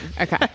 Okay